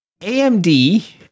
AMD